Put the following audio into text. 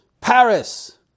Paris